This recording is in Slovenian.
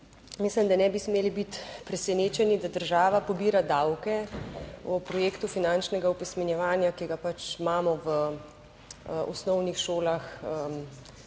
mislim, da ne bi smeli biti presenečeni, da država pobira davke v projektu finančnega opismenjevanja, ki ga pač imamo v osnovnih šolah.